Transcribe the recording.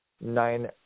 Nine